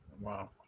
Wow